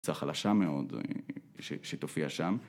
קבוצה חלשה מאוד שתופיע שם.